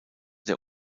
der